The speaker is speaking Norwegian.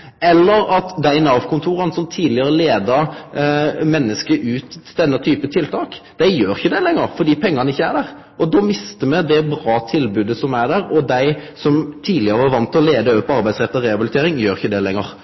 eller at dei Nav-kontora som tidlegare leidde menneske ut til denne typen tiltak, ikkje gjer det lenger fordi pengane ikkje er der. Då mister me det gode tilbodet, og dei som tidlegare var vande med å leie over på arbeidsretta rehabilitering, gjer ikkje